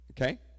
okay